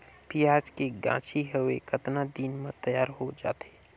पियाज के गाछी हवे कतना दिन म तैयार हों जा थे?